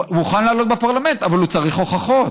הוא מוכן להעלות בפרלמנט, אבל הוא צריך הוכחות.